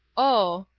oh,